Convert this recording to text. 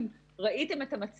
להיום כ-20%